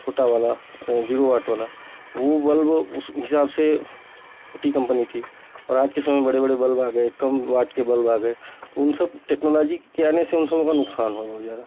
छोटा वाला zero watt वाला वो बल्ब उस हिसाब से छोटी कंपनी थी और आज के समय में बड़े बड़े बल्ब आ गए कम वॉट के बल्ब आ गए तो उन सब टेक्नोलाॅजी के आने से उन सबों का नुकसान हुआ बहुत ज़्यादा